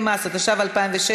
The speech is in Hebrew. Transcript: נתקבלה.